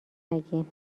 نگین